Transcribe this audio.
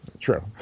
true